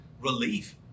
relief